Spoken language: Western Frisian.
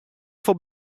foar